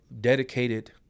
dedicated